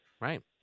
Right